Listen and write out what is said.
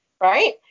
right